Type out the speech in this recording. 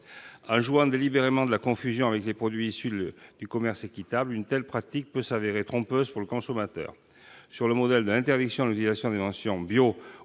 En jouant délibérément de la confusion avec les produits issus du commerce équitable, une telle pratique peut se révéler trompeuse pour le consommateur. Sur le modèle de l'interdiction de l'utilisation des mentions « bio